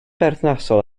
berthnasol